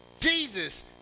Jesus